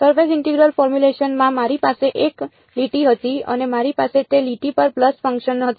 surface integral ફોર્મ્યુલેશનમાં મારી પાસે એક લીટી હતી અને મારી પાસે તે લીટી પર પલ્સ ફંક્શન્સ હતા